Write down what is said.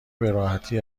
براحتی